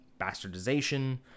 bastardization